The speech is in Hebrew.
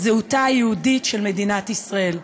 בזהותה היהודית של מדינת ישראל,